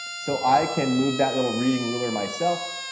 so i can move that little reading ruler myself.